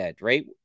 right